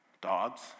dogs